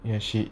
ya she